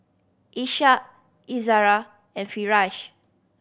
Ishak Izara and Firash